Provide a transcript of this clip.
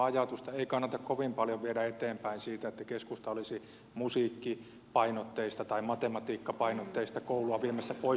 minusta ei kannata kovin paljon viedä eteenpäin tuota ehkä mainostoimistossa kehitettyä ajatusta siitä että keskusta olisi musiikkipainotteista tai matematiikkapainotteista koulua viemässä pois